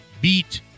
beat